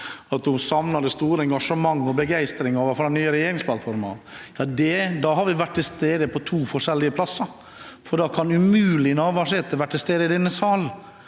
at hun savnet det store engasjementet og begeistringen for den nye regjeringsplattformen. Da har vi vært til stede på to forskjellige plasser, for da kan Navarsete umulig ha vært til stede i denne sal.